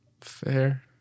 Fair